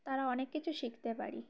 তারা অনেক কিছু শিখতে পারি